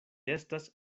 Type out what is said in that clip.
estas